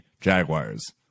Jaguars